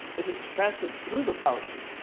is it's transferred through the powershell.